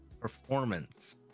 performance